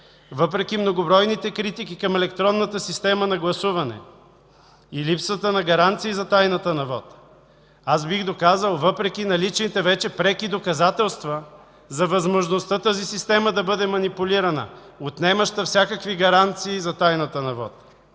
въпреки многобройните критики към електронната система на гласуване и липсата на гаранции за тайната на вота, аз бих казал въпреки наличните вече преки доказателства за възможността тази система да бъде манипулирана, отнемаща всякакви гаранции за тайната на